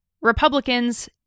Republicans